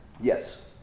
yes